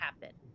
happen